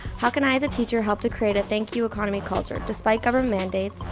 how can i as a teacher help to create a thank you economy culture despite government mandates,